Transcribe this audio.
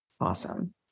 Awesome